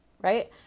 right